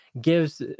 gives